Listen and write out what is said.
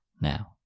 now